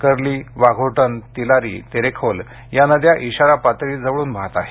curly Waghotan Tilari Terekhol या नद्या इशारा पातळी जवळून वाहत आहेत